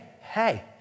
hey